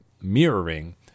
mirroring